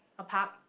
a park